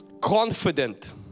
confident